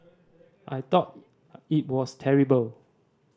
I thought it was terrible